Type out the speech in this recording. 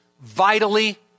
vitally